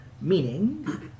Meaning